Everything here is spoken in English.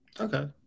Okay